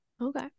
Okay